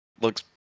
looks